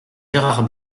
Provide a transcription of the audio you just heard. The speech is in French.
gérard